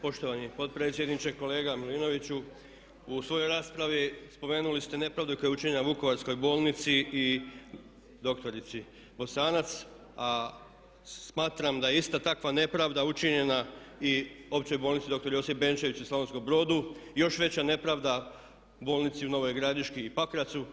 Poštovani potpredsjedniče, kolega Milinoviću u svojoj raspravi spomenuli ste nepravdu koja je učinjena Vukovarskoj bolnici i doktorici Bosanac, a smatram da je ista takva nepravda učinjena i Općoj bolnici dr. Josip Benčević u Slavonskom Brodu i još veća nepravda bolnici u Novoj Gradiški i Pakracu.